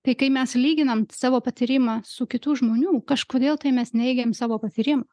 tai kai mes lyginam savo patyrimą su kitų žmonių kažkodėl tai mes neigiam savo patyrimą